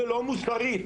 ולא מוסרית.